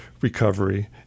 recovery